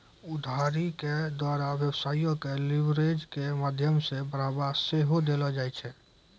उधारी के द्वारा व्यवसायो के लीवरेज के माध्यमो से बढ़ाबा सेहो देलो जाय छै